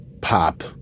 pop